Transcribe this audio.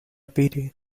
pity